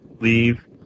leave